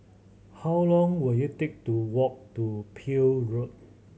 how long will it take to walk to Peel Road